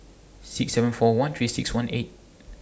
six seven four one three six one eight